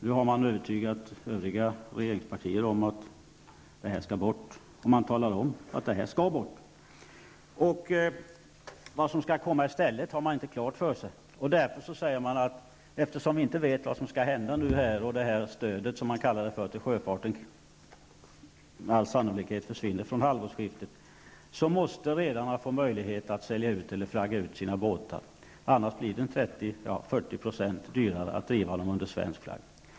Nu har de övertygat övriga regeringspartier om att systemet skall bort, och man talar om att det skall bort. Vad som skall komma i stället har man inte klart för sig. Därför säger man att eftersom vi inte vet vad som skall hända och stödet, som man kallar det för, till sjöfarten med all sannolikhet försvinner från halvårsskiftet, måste redarna få möjlighet att sälja ut eller flagga ut sina båtar. Annars blir det 30 à 40 % dyrare att driva dem under svensk flagg.